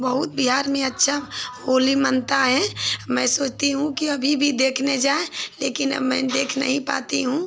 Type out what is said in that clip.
बहुत बिहार में अच्छी होली मनती है मैं सोचती हूँ कि अभी भी देखने जाएँ लेकिन अब मैं देख नहीं पाती हूँ